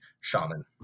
shaman